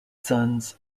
sons